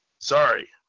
Sorry